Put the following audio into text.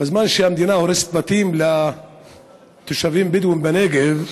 בזמן שהמדינה הורסת בתים לתושבים הבדואים בנגב,